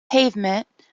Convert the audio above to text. pavement